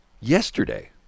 yesterday